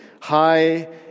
high